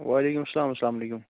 وعلیکُم سَلام اَسلام وعلیکُم